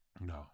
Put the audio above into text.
No